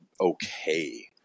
Okay